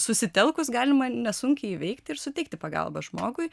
susitelkus galima nesunkiai įveikti ir suteikti pagalbą žmogui